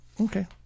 Okay